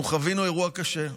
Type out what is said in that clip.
אנחנו חווינו אירוע קשה,